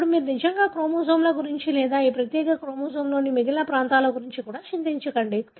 ఇప్పుడు మీరు నిజంగా క్రోమోజోమ్ల గురించి లేదా ఈ ప్రత్యేక క్రోమోజోమ్లోని మిగిలిన ప్రాంతాల గురించి కూడా చింతించకండి